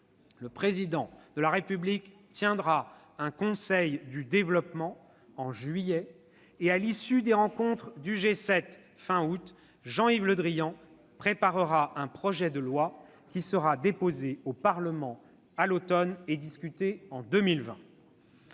Le Président de la République tiendra un conseil du développement en juillet et, à l'issue des rencontres du G7 cet été, Jean-Yves Le Drian préparera un projet de loi qui sera déposé au Parlement à l'automne et discuté en 2020.